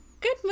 good